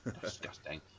Disgusting